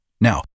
Now